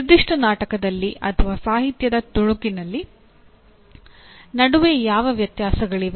ನಿರ್ದಿಷ್ಟ ನಾಟಕದಲ್ಲಿ ಅಥವಾ ಸಾಹಿತ್ಯದ ತುಣುಕಿನಲ್ಲಿ ನಡುವೆ ಯಾವ ವ್ಯತ್ಯಾಸಗಳಿವೆ